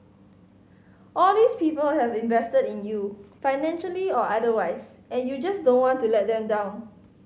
all these people have invested in you financially or otherwise and you just don't want to let them down